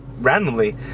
randomly